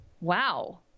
Wow